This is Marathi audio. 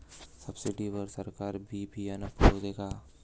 सब्सिडी वर सरकार बी बियानं पुरवते का?